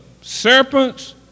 serpents